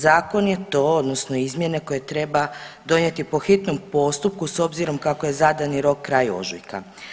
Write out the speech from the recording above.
Zakon je to odnosno izmjene koje treba donijeti po hitnom postupku s obzirom kako je zadani rok kraj ožujka.